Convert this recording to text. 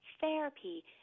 therapy